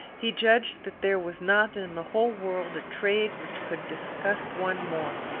he judged that there was not in the whole world a trade which could disgust one more.